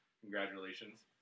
Congratulations